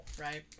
right